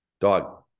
dog